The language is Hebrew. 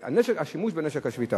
על שימוש בנשק השביתה.